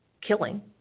killing